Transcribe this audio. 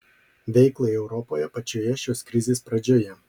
veiklai europoje pačioje šios krizės pradžioje